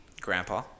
grandpa